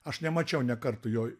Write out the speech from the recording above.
aš nemačiau nė karto jo